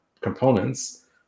components